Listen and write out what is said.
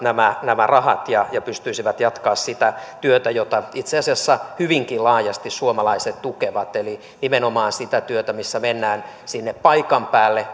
nämä rahat ja pystyisivät jatkamaan sitä työtä jota itse asiassa hyvinkin laajasti suomalaiset tukevat eli nimenomaan sitä työtä missä mennään sinne paikan päälle